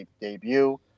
debut